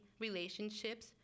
relationships